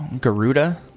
Garuda